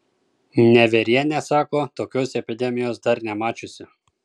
nevierienė sako tokios epidemijos dar nemačiusi